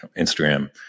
Instagram